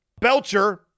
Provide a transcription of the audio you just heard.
Belcher